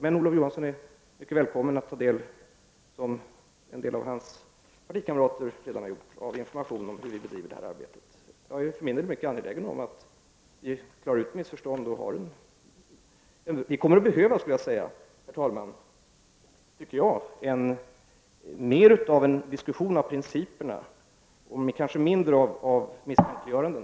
Men Olof Johansson är mycket välkommen att, som en del av hans partikamrater redan har gjort, ta del av informationen om hur vi bedriver detta arbete. Jag är för min del mycket angelägen om att klara ut missförstånd. Vi kommer enligt min mening, herr talman, att behöva mer av en diskussion om principerna och mindre av misstänkliggöranden.